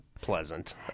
pleasant